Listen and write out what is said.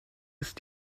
ist